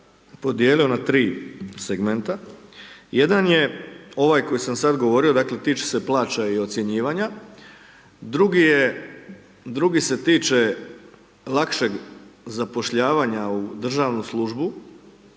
podijeli na tri segmenta. Jedan je ovaj koji sam sad govorio, dakle tiče se plaća i ocjenjivanja, drugi se tiče lakšeg zapošljavanja u državnu službu